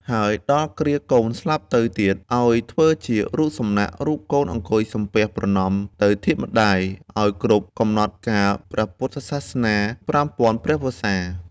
ហើយដល់គ្រាកូនស្លាប់ទៅទៀត ឱ្យធ្វើជារូបតំណាងរូបកូនអង្គុយសំពះប្រណម្យទៅធាតុម្តាយ ឱ្យគ្រប់កំណត់កាលព្រះពុទ្ធសាសនាប្រាំពាន់ព្រះវស្សា។